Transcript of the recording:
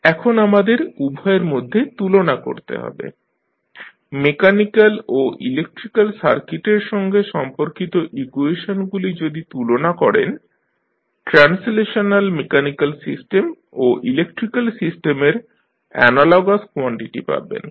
এখন আমাদের উভয়ের মধ্যে তুলনা করতে হবে মেকানিক্যাল ও ইলেক্ট্রিক্যাল সার্কিটের সঙ্গে সম্পর্কিত ইকুয়েশনগুলি যদি তুলনা করেন ট্রান্সলেশনাল মেকানিক্যাল সিস্টেম ও ইলেক্ট্রিক্যাল সিস্টেমের অ্যানালগাস কোয়ানটিটি পাবেন